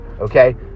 okay